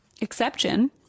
exception